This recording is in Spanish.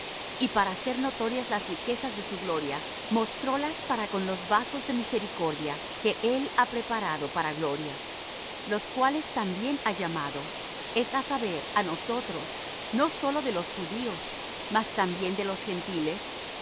y para hacer notorias las riquezas de su gloria mostrólas para con los vasos de misericordia que él ha preparado para gloria los cuales también ha llamado es á saber á nosotros no sólo de los judíos mas también de los gentiles